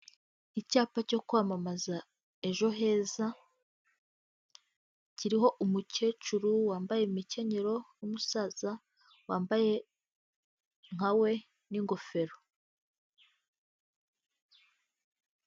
Icyapa cyo kwamamaza ejo heza kiriho umukecuru wambaye imikenyero n'umusaza wambaye nka we n'ingofero.